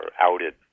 outed